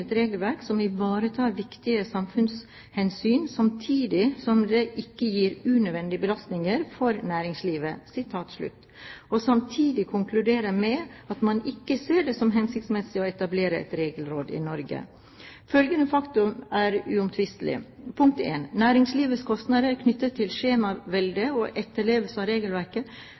et godt og enkelt regelverk som ivaretar viktige samfunnshensyn samtidig som det ikke gir unødvendige belastninger for næringslivet.» Og samtidig konkluderer han med at man ikke ser det «som hensiktsmessig å etablere et «regelråd»» i Norge. Følgende fakta er uomtvistelige: Næringslivets kostnader knyttet til skjemavelde og etterlevelse av